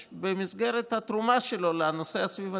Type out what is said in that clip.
במסגרת התרומה שלו לנושא הסביבתי.